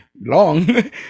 long